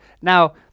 Now